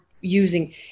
using